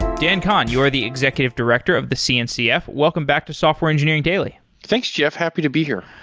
dan kohn, you are the executive director of the cncf. welcome back to software engineering daily thanks, jeff. happy to be here.